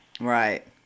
Right